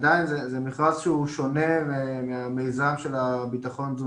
עכשיו, פה יש איזו שהיא בעייתיות כי על